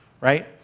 right